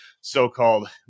so-called